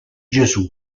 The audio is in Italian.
gesù